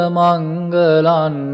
mangalan